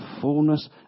fullness